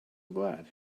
glad